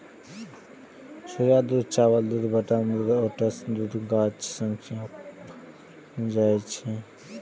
सोया दूध, चावल दूध, बादाम दूध, ओट्स दूध गाछ सं पाओल जाए छै